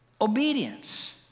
obedience